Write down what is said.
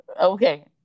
Okay